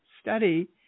study